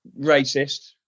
racist